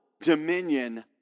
dominion